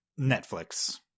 Netflix